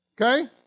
Okay